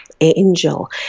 angel